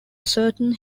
certain